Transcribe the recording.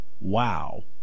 Wow